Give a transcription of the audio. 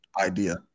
idea